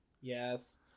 yes